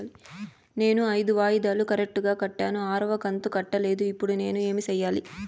నేను ఐదు వాయిదాలు కరెక్టు గా కట్టాను, ఆరవ కంతు కట్టలేదు, ఇప్పుడు నేను ఏమి సెయ్యాలి?